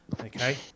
Okay